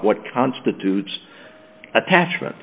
what constitutes attachment